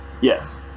Yes